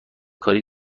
کاری